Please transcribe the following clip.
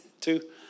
two